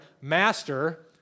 Master